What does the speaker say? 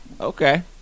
Okay